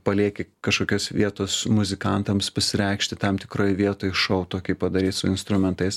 palieki kažkokios vietos muzikantams pasireikšti tam tikroj vietoj šou tokį padaryt su instrumentais